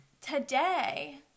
today